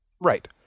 Right